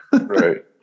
Right